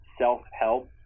self-help